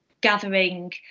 gathering